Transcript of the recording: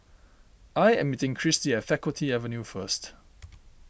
I am meeting Kristi at Faculty Avenue first